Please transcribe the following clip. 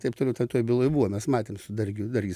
taip toliau ten toj byloj buvo mes matėm su dargiu dargis